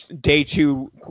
day-two